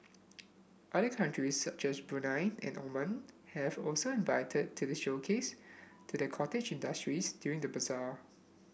other countries such as Brunei and Oman have also invited to the showcase to the cottage industries during the bazaar